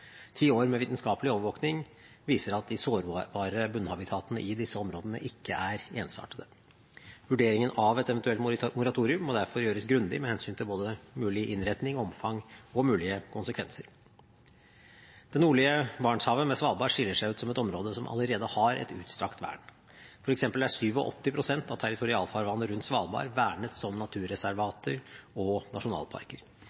Ti år med vitenskapelig overvåkning viser at de sårbare bunnhabitatene i disse områdene ikke er ensartede. Vurderingen av et eventuelt moratorium må derfor gjøres grundig med hensyn til både mulig innretning, omfang og mulige konsekvenser. Det nordlige Barentshavet med Svalbard skiller seg ut som et område som allerede har et utstrakt vern. For eksempel er 87 pst. av territorialfarvannet rundt Svalbard vernet som